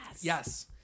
Yes